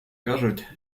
кажуть